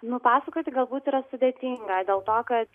nupasakoti galbūt yra sudėtinga dėl to kad